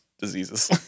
diseases